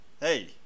Hey